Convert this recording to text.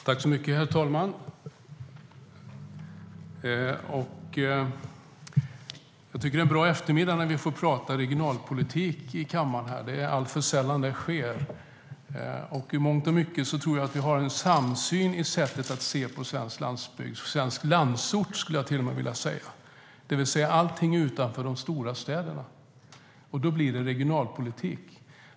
Herr talman! Det är en bra eftermiddag när vi får tala om regionalpolitik här i kammaren. Det sker alltför sällan. I mångt och mycket tror jag att vi har en samsyn i sättet att se på svensk landsbygd. Jag skulle till och med vilja säga svensk landsort, det vill säga allting utanför de stora städerna. Då blir det regionalpolitik.